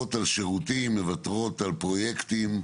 שמוותרות על שירותים, מוותרות על פרויקטים,